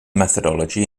methodology